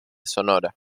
sonora